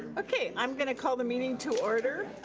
okay, i'm gonna call the meeting to order.